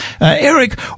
Eric